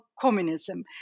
communism